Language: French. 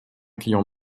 client